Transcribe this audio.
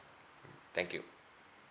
thank you